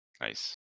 Nice